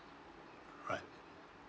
alright